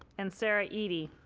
and sarah edie.